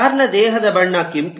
car ನ ದೇಹದ ಬಣ್ಣ ಕೆಂಪು